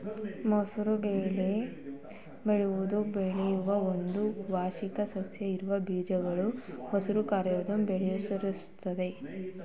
ಮಸೂರ ಬೆಳೆ ಪೊದೆಯಾಗ್ ಬೆಳೆಯೋ ಒಂದು ವಾರ್ಷಿಕ ಸಸ್ಯ ಇದ್ರ ಬೀಜಗಳು ಮಸೂರ ಆಕಾರ್ದಲ್ಲಿ ಬೆಳೆಯುತ್ವೆ